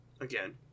Again